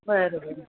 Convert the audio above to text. बरोबर